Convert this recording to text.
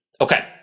Okay